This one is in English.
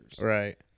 Right